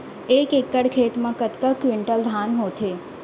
एक एकड़ खेत मा कतका क्विंटल धान होथे?